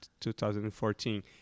2014